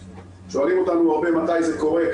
שואלים אותנו הרבה מתי זה קורה,